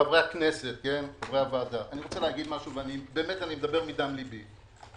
חברי הוועדה, אני מדבר מדם ליבי.